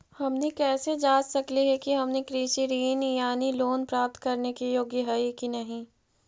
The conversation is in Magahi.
हमनी कैसे जांच सकली हे कि हमनी कृषि ऋण यानी लोन प्राप्त करने के योग्य हई कि नहीं?